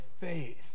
faith